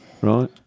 right